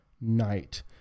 night